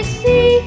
see